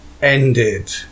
Ended